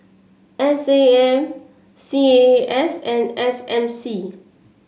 S A M C A A S and S M C